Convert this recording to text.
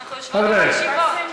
אנחנו יושבות ומקשיבות.